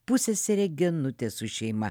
pusseserė genutė su šeima